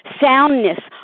soundness